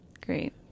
Great